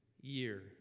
year